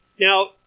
Now